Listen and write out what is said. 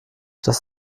das